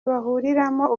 bahuriramo